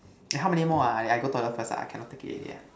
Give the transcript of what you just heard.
eh how many more ah I go toilet first ah I cannot take it already ah